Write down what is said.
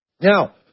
Now